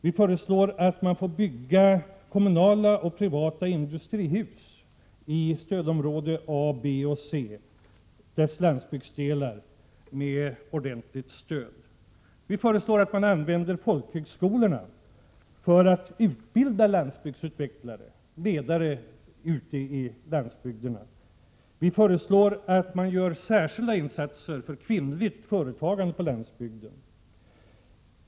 Vi föreslår att man får bygga kommunala och privata industrihus i stödområdena A och B och i landsbygdsdelarna av stödområde C med ordentligt stöd. Vi föreslår att man använder folkhögskolorna för att utbilda landsbygdsutvecklare och ledare ute i glesbygderna. Vi föreslår att man gör särskilda insatser för kvinnligt företagande på landsbygden.